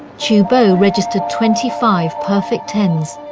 qiu bo registered twenty five perfect tens,